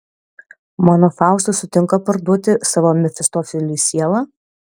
mano faustas sutinka parduoti savo mefistofeliui sielą